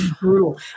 brutal